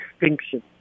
extinction